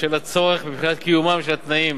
בשל הצורך בבחינת קיומם של תנאים